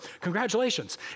congratulations